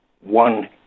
one